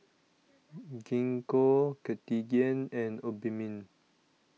Gingko Cartigain and Obimin